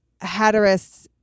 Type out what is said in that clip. Hatteras